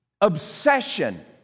obsession